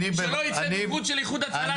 שלא יגיע צוות של איחוד הצלה לפני.